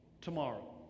Tomorrow